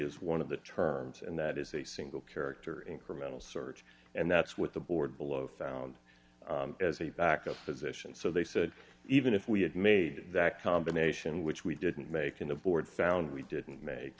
is one of the terms and that is a single character incremental search and that's what the board below found as a back up position so they said even if we had made that combination which we didn't make in the board found we didn't make